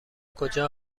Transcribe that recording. کجا